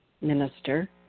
minister